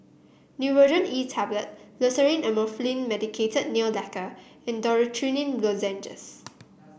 Nurogen E Hablet Loceryl Amorolfine Medicated Nail Lacquer and Dorithricin Lozenges